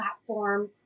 platform